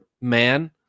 man